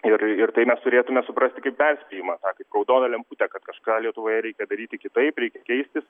ir ir tai mes turėtume suprasti kaip perspėjimą tą kaip raudoną lemputę kad kažką lietuvoje reikia daryti kitaip reikia keistis